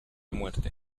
muerte